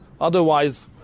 Otherwise